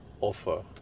offer